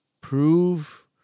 prove